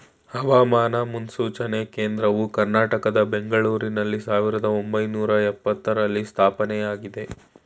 ಹವಾಮಾನ ಮುನ್ಸೂಚನೆ ಕೇಂದ್ರವು ಕರ್ನಾಟಕದ ಬೆಂಗಳೂರಿನಲ್ಲಿ ಸಾವಿರದ ಒಂಬೈನೂರ ಎಪತ್ತರರಲ್ಲಿ ಸ್ಥಾಪನೆಯಾಗಿದೆ